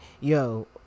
Yo